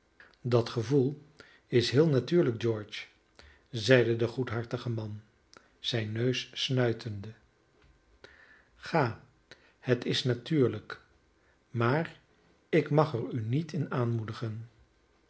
dat gevoel is heel natuurlijk george zeide de goedhartige man zijn neus snuitende ga het is natuurlijk maar ik mag er u niet in aanmoedigen